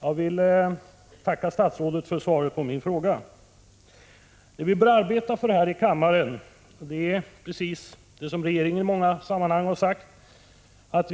Herr talman! Jag tackar statsrådet för svaret på min fråga. Vad vi bör arbeta för här i kammaren är, som regeringen har sagt i många andra sammanhang, att